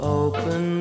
open